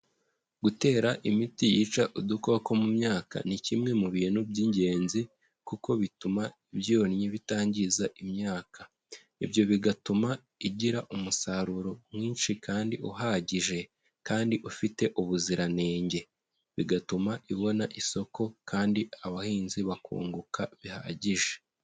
Gutera imiti yica udukoko mu myaka, ni kimwe mu bintu by'ingenzi, kuko bituma ibyonnyi bitangiza imyaka. Ibyo bigatuma igira umusaruro mwinshi kandi uhagije Kandi ufite ubuziranenge. Bigatuma ibona isoko kandi abahinzi bakunguka bihagije.